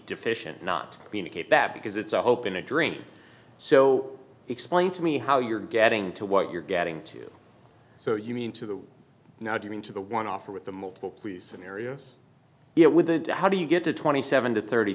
deficient not communicate that because it's a hope in a dream so explain to me how you're getting to what you're getting too so you mean to the now doing to the one offer with the multiple please scenarios with the how do you get to twenty seven to thirty